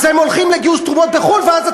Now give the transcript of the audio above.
אז הם הולכים לגייס תרומות בחוץ-לארץ,